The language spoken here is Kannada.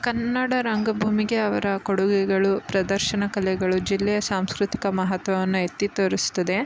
ಕನ್ನಡ ರಂಗಭೂಮಿಗೆ ಅವರ ಕೊಡುಗೆಗಳು ಪ್ರದರ್ಶನ ಕಲೆಗಳು ಜಿಲ್ಲೆಯ ಸಾಂಸ್ಕೃತಿಕ ಮಹತ್ವವನ್ನು ಎತ್ತಿ ತೋರಿಸ್ತದೆ